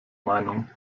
meinung